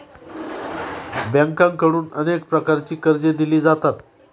बँकांकडून अनेक प्रकारची कर्जे दिली जातात